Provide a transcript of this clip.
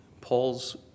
Paul's